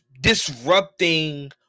disrupting